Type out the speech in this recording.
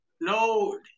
No